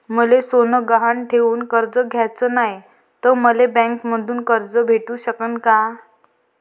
मले सोनं गहान ठेवून कर्ज घ्याचं नाय, त मले बँकेमधून कर्ज भेटू शकन का?